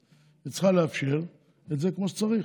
היא צריכה לאפשר את זה כמו שצריך.